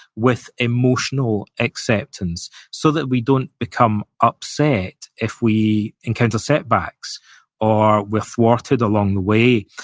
with emotional acceptance, so that we don't become upset if we encounter setbacks or we're thwarted along the way,